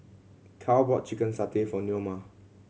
Carl bought chicken satay for Neoma